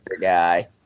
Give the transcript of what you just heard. guy